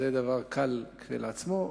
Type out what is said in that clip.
דבר קל כשלעצמו,